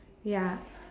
ya